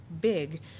big